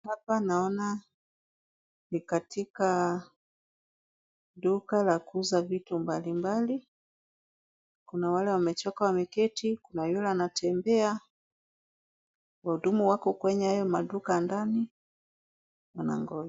Hapa naona ni katika duka la kuuza vitu mbalimbali. Kuna wale wamechoka wameketi. Kuna yule anatembea. Wahudumu wako kwenye hayo maduka ndani wanangoja.